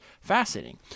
Fascinating